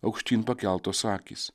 aukštyn pakeltos akys